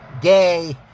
Gay